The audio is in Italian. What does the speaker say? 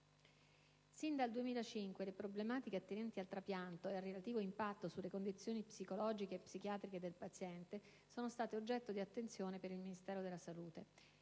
Sin dal 2005 le problematiche attinenti al trapianto e al relativo impatto sulle condizioni psicologiche e psichiatriche del paziente sono state oggetto di attenzione per il Ministero della salute.